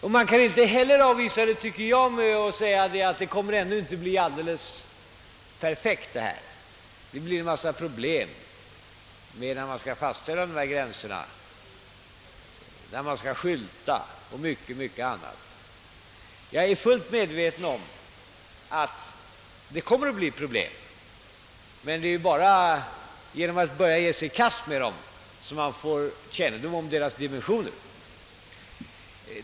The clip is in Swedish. Men man kan inte heller avvisa en försöksverksamhet med att säga, att det här systemet inte kommer att bli alldeles perfekt; det blir en massa problem vid fastställandet av gränserna, med de många skyltarna o.s.v. Jag är fullt medveten om att det kommer att bli problem, men det är ju bara genom att ge sig i kast med problemen som man får kännedom om deras dimensioner.